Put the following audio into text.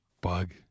bug